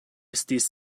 estis